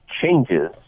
changes